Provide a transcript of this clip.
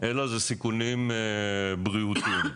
אלא זה סיכונים בריאותיים.